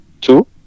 two